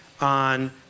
on